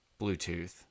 Bluetooth